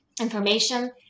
information